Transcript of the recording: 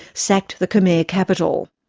sacked the khmer capital.